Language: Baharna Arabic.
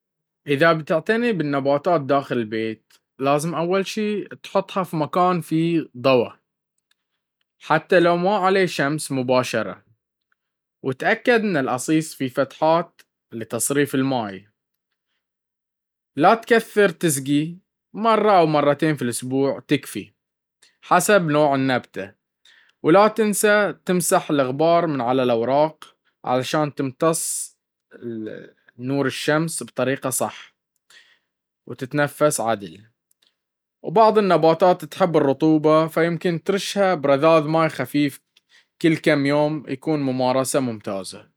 إذا بتعتني بالنباتات داخل البيت، لازم أول شي تحطها في مكان فيه ضوء، حتى لو ما عليه شمس مباشرة. وتأكد إن الأصيص فيه فتحات لتصريف الماي. لا تكثر تسقي، مرة أو مرتين في الأسبوع تكفي، حسب نوع النبتة. ولا تنسى تمسح الغبار من الأوراق، علشان تتنفس عدل. وبعض النباتات تحب الرطوبة، فيمكن ترشها برذاذ ماي خفيف كل كم يوم.